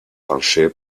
pancher